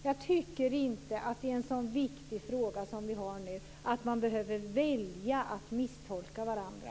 Jag tycker inte att det är en så viktig fråga att vi behöver välja att misstolka varandra.